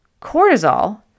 Cortisol